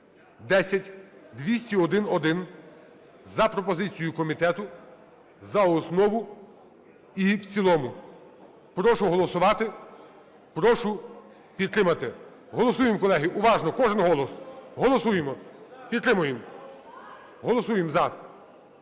(10201-1) за пропозицією комітету за основу і в цілому. Прошу голосувати, прошу підтримати. Голосуємо, колеги, уважно кожен голос, голосуємо, підтримуємо, голосуємо "за".